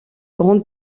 grande